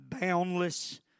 boundless